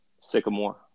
sycamore